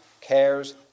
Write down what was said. cares